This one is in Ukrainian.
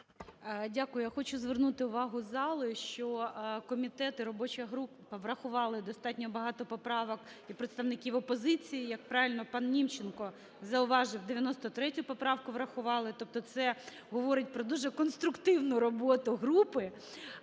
Дякую. Я хочу звернути увагу зали, що комітет і робоча група врахували достатньо багато поправок і представників опозиції, як правильно пан Німченко зауважив, 93 поправку врахували. Тобто це говорить про дуже конструктивну роботу групи.